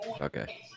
Okay